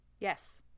Yes